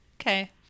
Okay